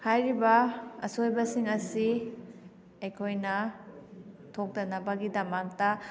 ꯍꯥꯏꯔꯤꯕ ꯑꯁꯣꯏꯕꯁꯤꯡ ꯑꯁꯤ ꯑꯩꯈꯣꯏꯅ ꯊꯣꯛꯇꯅꯕꯒꯤꯗꯃꯛꯇ